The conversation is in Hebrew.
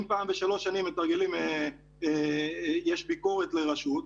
אם פעם בשלוש שנים יש ביקורת לרשות,